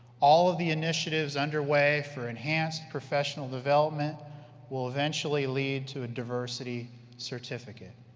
all of the initiatives underway for enhanced professional development will eventually lead to a diversity certificate.